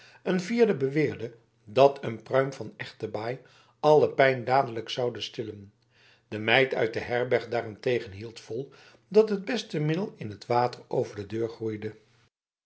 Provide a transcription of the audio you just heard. een vierde beweerde dat een pruim van echte baai alle pijn dadelijk zoude stillen de meid uit de herberg daarentegen hield vol dat het beste middel in het water over de deur groeide